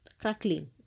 crackling